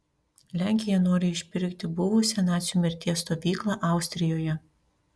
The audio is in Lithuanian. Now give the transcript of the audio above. lenkija nori išpirkti buvusią nacių mirties stovyklą austrijoje